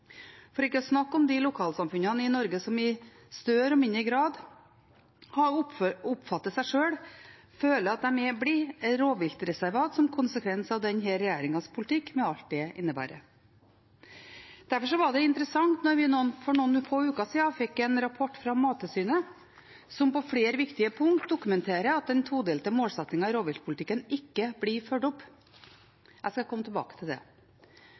for ikke å snakke om de lokalsamfunnene i Norge som i større og mindre grad oppfatter at de blir rovviltreservat som konsekvens av denne regjeringens politikk, med alt hva det innebærer. Derfor var det interessant da vi for noen få uker siden fikk en rapport fra Mattilsynet som på flere viktige punkter dokumenterer at den todelte målsettingen i rovviltpolitikken ikke blir fulgt opp. Jeg skal komme tilbake til det,